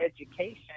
education